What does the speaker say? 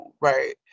Right